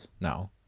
now